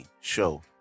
show